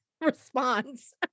response